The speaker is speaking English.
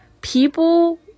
people